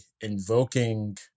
invoking